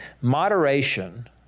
Moderation